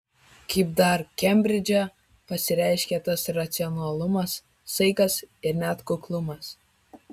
kaip dar kembridže pasireiškia tas racionalumas saikas ir net kuklumas